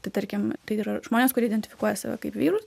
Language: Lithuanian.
tai tarkim tai yra žmonės kurie identifikuoja save kaip vyrus